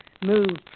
move